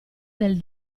del